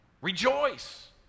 rejoice